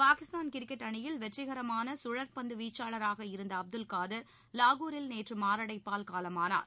Pakistan cricket அணியில் வெற்றிகரமான சுழற்பந்து வீச்சாளராக இருந்த அப்துல் காதிர் லாகூரில் நேற்று மாரடைப்பால் காலமானார்